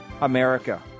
America